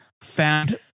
found